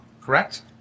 correct